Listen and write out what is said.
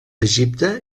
egipte